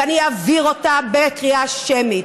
ואני אעביר אותה בקריאה שמית,